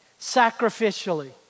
sacrificially